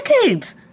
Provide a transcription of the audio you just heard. decades